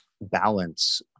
balance